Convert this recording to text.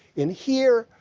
in here,